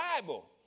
Bible